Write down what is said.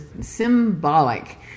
symbolic